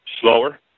slower